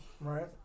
Right